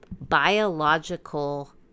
biological